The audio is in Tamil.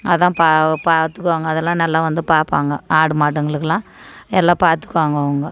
அதான் பா பார்த்துக்குவாங்க அதெல்லாம் நல்லா வந்து பார்ப்பாங்க ஆடு மாடுங்களுக்கெல்லாம் எல்லாம் பார்த்துக்குவாங்க அவங்க